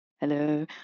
hello